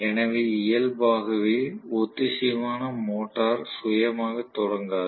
எனவே இயல்பாகவே ஒத்திசைவான மோட்டார் சுயமாக தொடங்காது